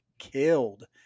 killed